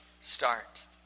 start